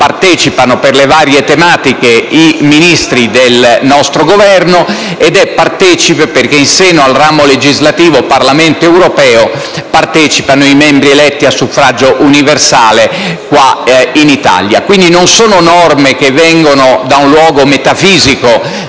partecipano, per le varie tematiche, i Ministri del nostro Governo ed è partecipe perché, in seno al ramo legislativo - Parlamento europeo, partecipano i membri eletti a suffragio universale in Italia. Si tratta, quindi, di norme che non provengono da un luogo metafisico,